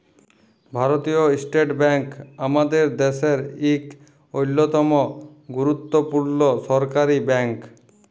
ভারতীয় state bank আমাদের দ্যাশের ইক অল্যতম গুরুত্তপুর্ল সরকারি ব্যাংক